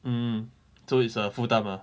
mm so it's a full time ah